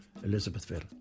Elizabethville